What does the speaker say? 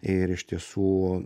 ir iš tiesų